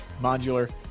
modular